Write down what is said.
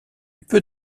peu